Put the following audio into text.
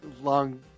long